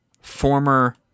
former